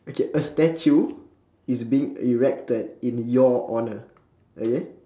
okay a statue is being erected in your honour okay